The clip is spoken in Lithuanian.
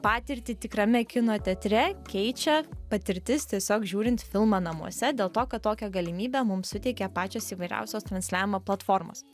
patirtį tikrame kino teatre keičia patirtis tiesiog žiūrint filmą namuose dėl to kad tokią galimybę mums suteikia pačios įvairiausios transliavimo platformos